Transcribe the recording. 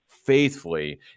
faithfully